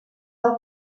del